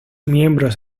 miembros